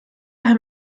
haben